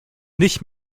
nicht